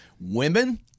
women